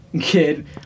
kid